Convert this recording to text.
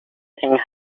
and